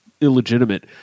illegitimate